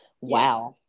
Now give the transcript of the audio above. Wow